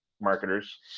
marketers